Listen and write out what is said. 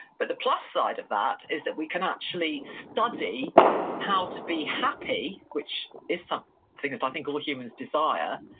but the plus side of that is that we can actually study how to be happy, which is so something that i think all humans desire,